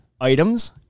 items